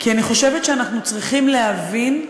כי אני חושבת שאנחנו צריכים להבין,